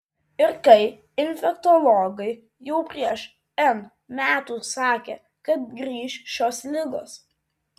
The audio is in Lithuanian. ir kai infektologai jau prieš n metų sakė kad grįš šios ligos